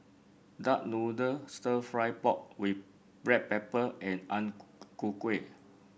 Duck Noodle stir fry pork with Black Pepper and Ang Ku Kueh